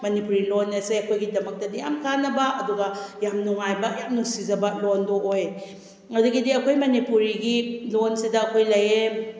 ꯃꯅꯤꯄꯨꯔꯤ ꯂꯣꯟ ꯑꯁꯦ ꯑꯩꯈꯣꯏꯒꯤꯗꯃꯛꯇꯗꯤ ꯌꯥꯝ ꯀꯥꯟꯅꯕ ꯑꯗꯨꯒ ꯌꯥꯝ ꯅꯨꯡꯉꯥꯏꯕ ꯌꯥꯝ ꯅꯨꯡꯁꯤꯖꯕ ꯂꯣꯟꯗꯣ ꯑꯣꯏ ꯑꯗꯒꯤꯗꯤ ꯑꯩꯈꯣꯏ ꯃꯅꯤꯄꯨꯔꯤꯒꯤ ꯂꯣꯟꯁꯤꯗ ꯑꯩꯈꯣꯏ ꯂꯩꯌꯦ